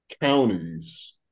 counties